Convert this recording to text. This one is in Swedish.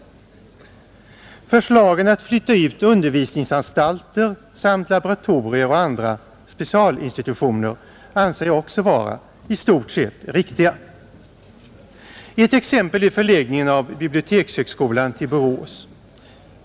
Förslagen att flytta ut undervisningsanstalter samt laboratorier och andra specialinstitutioner anser jag också vara i stort sett riktiga. Ett exempel är förläggningen av bibliotekshögskolan till Borås.